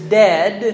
dead